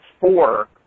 four